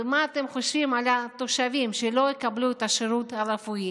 ומה אתם חושבים על התושבים שלא יקבלו את השירות הרפואי?